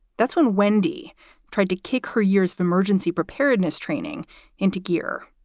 that's when wendie tried to kick her years of emergency preparedness training into gear.